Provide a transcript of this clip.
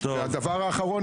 הדבר האחרון,